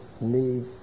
need